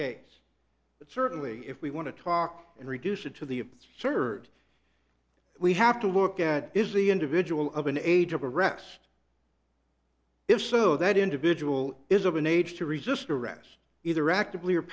case but certainly if we want to talk and reduce it to the third we have to look at is the individual of an age of arrest if so that individual is of an age to resist arrest either actively or